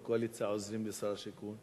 בקואליציה, עוזרים לשר השיכון?